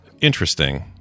interesting